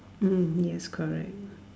um yes correct